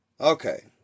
Okay